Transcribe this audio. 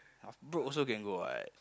a~ bro also can go what